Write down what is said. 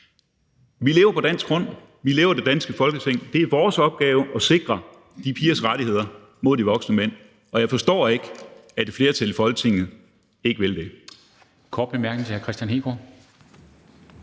Vi lever på dansk grund; det danske Folketing lever. Det er vores opgave at sikre de pigers rettigheder mod de voksne mænd, og jeg forstår ikke, at et flertal i Folketinget ikke vil det.